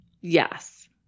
Yes